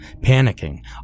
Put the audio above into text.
Panicking